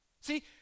See